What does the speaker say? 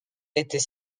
était